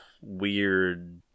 weird